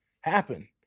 happen